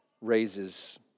raises